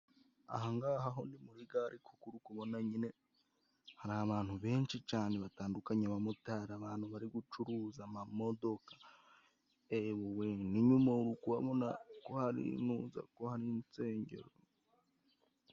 Aha ngaha aho ni muri gare kuko uri kubona nyine hari abantu benshi cyane batandukanye abamotari, abantu bari gucuruza amamodoka, ewewe n'inyuma uri kuhabona ko hari inuza ko hari insengero.